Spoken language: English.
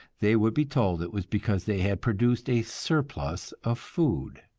they would be told it was because they had produced a surplus of food.